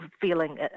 feeling